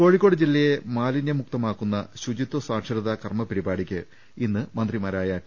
കോഴിക്കോട് ജില്ലയെ മാലിനൃവിമുക്തമാക്കുന്ന ശൂചിത്വ സാക്ഷരത കർമ്മ പരിപാടിക്ക് ഇന്ന് മന്ത്രിമാരായ ടി